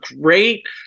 great